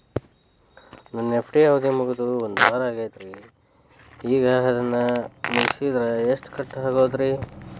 ನನ್ನ ಎಫ್.ಡಿ ಅವಧಿ ಮುಗಿದು ಒಂದವಾರ ಆಗೇದ್ರಿ ಈಗ ಅದನ್ನ ಮುರಿಸಿದ್ರ ಎಷ್ಟ ಕಟ್ ಆಗ್ಬೋದ್ರಿ?